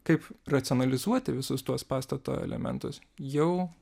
kaip racionalizuoti visus tuos pastato elementus jau